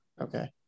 Okay